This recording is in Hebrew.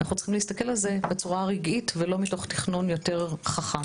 אנחנו צריכים להסתכל על זה בצורה הרגעית ולא מתוך תכנון יותר חכם.